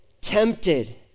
tempted